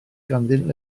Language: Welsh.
ganddynt